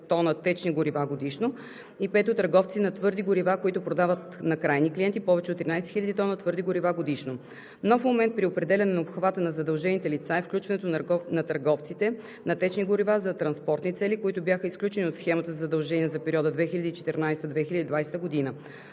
тона течни горива годишно; 5. Търговци на твърди горива, които продават на крайни клиенти повече от 13 хил. тона твърди горива годишно. Нов момент при определяне на обхвата на задължените лица е включването на търговците на течни горива за транспортни цели, които бяха изключени от схемата за задължения за периода 2014 –2020 г.